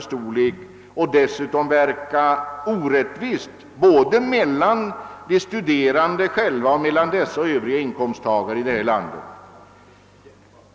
Dessutom skulle åtgärden verka orättvist både mellan de studerande själva och mellan dessa och övriga inkomsttagare här i landet.